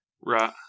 Right